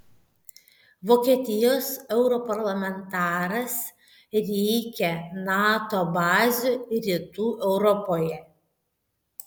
vokietijos europarlamentaras reikia nato bazių rytų europoje